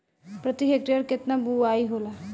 प्रति हेक्टेयर केतना बुआई होला?